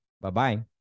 Bye-bye